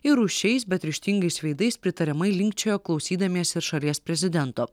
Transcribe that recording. ir rūsčiais bet ryžtingais veidais pritariamai linkčiojo klausydamiesi šalies prezidento